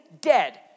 dead